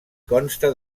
consta